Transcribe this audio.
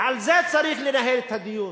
ועל זה צריך לנהל את הדיון,